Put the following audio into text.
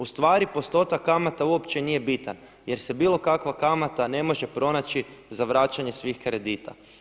Ustvari postotak kamata uopće nije bitan jer se bilo kakva kamata ne može pronaći za vraćanje svih kredita.